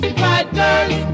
fighters